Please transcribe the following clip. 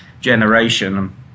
generation